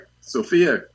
Sophia